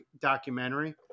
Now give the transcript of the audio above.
documentary